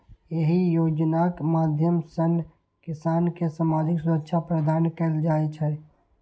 एहि योजनाक माध्यम सं किसान कें सामाजिक सुरक्षा प्रदान कैल जाइ छै